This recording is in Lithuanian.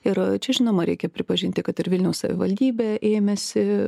ir čia žinoma reikia pripažinti kad ir vilniaus savivaldybė ėmėsi